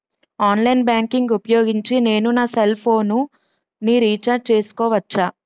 Online banking ఊపోయోగించి నేను నా సెల్ ఫోను ని రీఛార్జ్ చేసుకోవచ్చా?